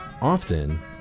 often